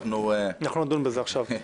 נכון, אנחנו נדון בזה עכשיו.